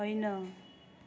होइन